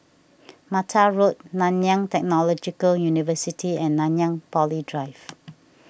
Mata Road Nanyang Technological University and Nanyang Poly Drive